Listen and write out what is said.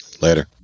Later